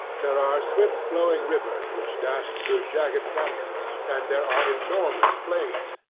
there are swift-flowing rivers which dash through jagged canons and there are enormous plains,